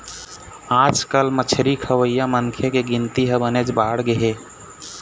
आजकाल मछरी खवइया मनखे के गिनती ह बनेच बाढ़गे हे